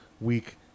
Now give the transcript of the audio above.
week